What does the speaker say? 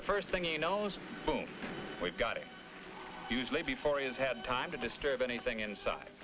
the first thing you know whom we've got it usually before has had time to disturb anything inside